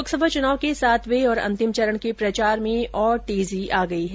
लोकसभा चुनाव के सातवें और अंतिम चरण के प्रचार में और तेजी आ गई है